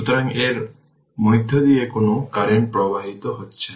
সুতরাং এর মধ্য দিয়ে কোন কারেন্ট প্রবাহিত হচ্ছে না